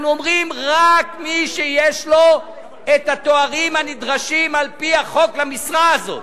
אנחנו אומרים: רק מי שיש לו התארים הנדרשים על-פי החוק למשרה הזאת.